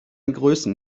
größen